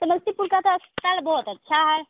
समस्तीपुर का तो अस्पताल बहुत अच्छा है